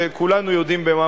וכולנו יודעים במה